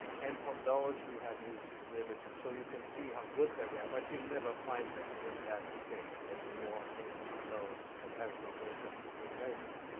and from those we have used these images, so you can see how good they were, but you'd never find them in that state anymore in those ah pencil of nature publications.